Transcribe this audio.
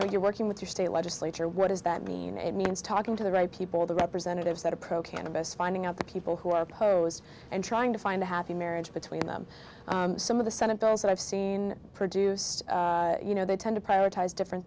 know you're working with your state legislature what does that mean it means talking to the right people the representatives that approach the best finding out the people who are opposed and trying to find a happy marriage between them some of the senate does that i've seen produced you know they tend to prioritize different